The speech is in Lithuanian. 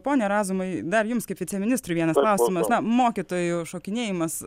pone razumai dar jums kaip viceministrui vienas klausimas na mokytojų šokinėjimas